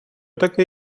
таке